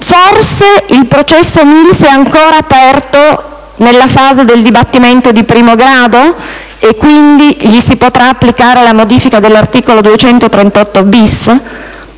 Forse il processo Mills è ancora aperto nella fase del dibattimento di primo grado e, quindi, gli si potrà applicare la modifica dell'articolo 238-*bis*?